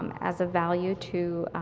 um as a value to,